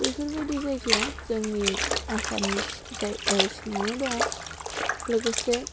बेफोरबायदि जायगाया जोंनि आसामनि सिङावनो दङ लोगोसे